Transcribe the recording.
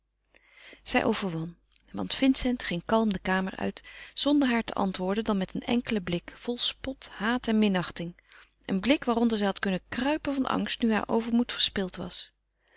zij overwon want vincent ging kalm de kamer uit zonder haar te antwoorden dan met een enkelen blik vol spot haat en minachting een blik waaronder zij had kunnen kruipen van angst nu haar overmoed verspild was